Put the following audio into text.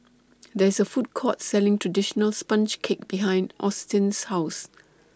There IS A Food Court Selling Traditional Sponge Cake behind Austyn's House